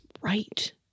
right